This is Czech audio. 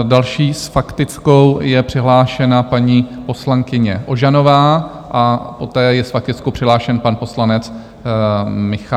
Další s faktickou je přihlášena paní poslankyně Ožanová a poté je s faktickou přihlášen pan poslanec Michálek.